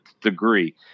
degree